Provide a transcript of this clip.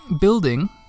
building